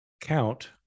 count